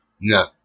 No